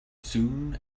soon